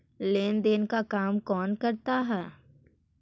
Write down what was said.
लेन देन का काम कौन करता है?